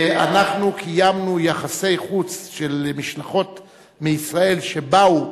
ואנחנו קיימנו יחסי חוץ של משלחות מישראל שבאו,